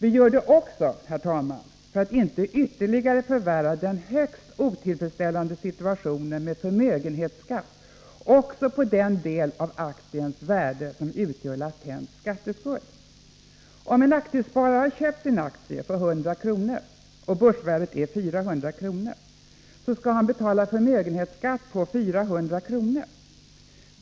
Vi gör det också, herr talman, för att inte ytterligare förvärra den högst otillfredsställande situationen med förmögenhetsskatt också på den del av aktiens värde som utgör latent skatteskuld. Om en aktiesparare köpt sin aktie för 100 kr. och börsvärdet är 400 kr., skall han betala förmögenhetsskatt på 400 kr.